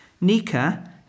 Nika